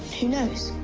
who knows?